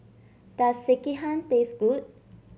does Sekihan taste good